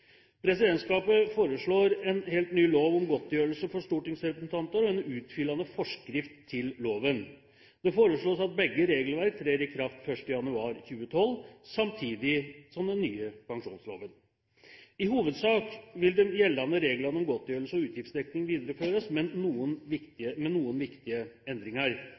Presidentskapet foreslår en helt ny lov om godtgjørelse for stortingsrepresentanter og en utfyllende forskrift til loven. Det foreslås at begge regelverk trer i kraft 1. januar 2012, samtidig som den nye pensjonsloven. I hovedsak vil de gjeldende reglene om godtgjørelse og utgiftsdekning videreføres, med noen viktige endringer.